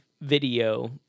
video